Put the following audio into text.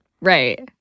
Right